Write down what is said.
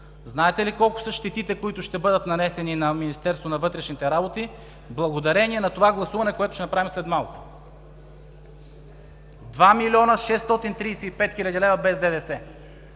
Знаете ли колко са щетите, които ще бъдат нанесени на Министерството на вътрешните работи благодарение на това гласуване, което ще направим след малко? Два милиона шестотин тридесет и